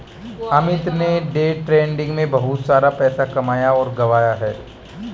अमित ने day trading में बहुत सारा पैसा कमाया और गंवाया है